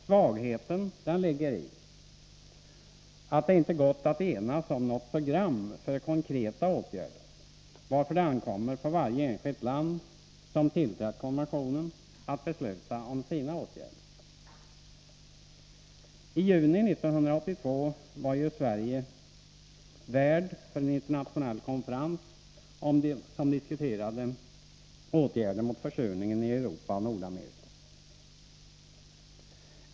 Svagheten ligger i att det inte gått att enas om något program för konkreta åtgärder, varför det ankommer på varje enskilt land som skrivit under konventionen att besluta om sina åtgärder. I juni 1982 var Sverige värd för en internationell konferens, som diskuterade åtgärder mot försurningen i Europa och Nordamerika.